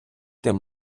тим